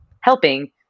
helping